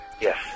Yes